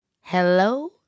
Hello